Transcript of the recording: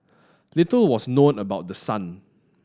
little was known about the son